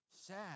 Sad